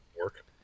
Work